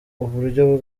uburyo